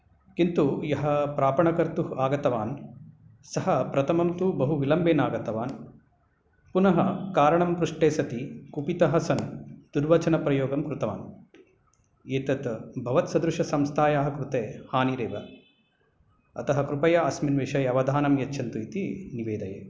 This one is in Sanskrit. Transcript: किन्तु यः प्रापणकर्तुः आगतवान् सः प्रथमं तु बहु विलम्बेन आगतवान् पुनः कारणं पृष्ठे सति कुपितः सन् दुर्वचनप्रयोगं कृतवान् एतत् भवत्सदृशसंस्थायाः कृते हानिरेव अतः कृपया अस्मिन् विषये अवधानं यच्छन्तु इति निवेदये